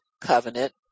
covenant